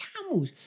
camels